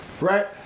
right